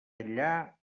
enllà